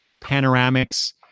panoramics